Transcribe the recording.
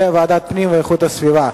בוועדת הפנים והגנת הסביבה.